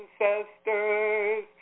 ancestors